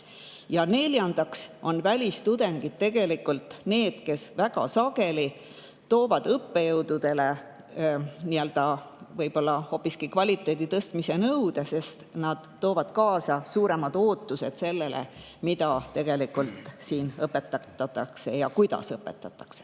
Ja neljandaks on välistudengid tegelikult need, kes väga sageli esitavad õppejõududele kvaliteedi tõstmise nõude, sest nad toovad kaasa suuremad ootused sellele, mida siin õpetatakse ja kuidas õpetatakse.